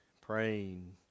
praying